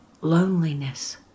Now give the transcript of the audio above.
loneliness